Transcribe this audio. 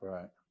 Right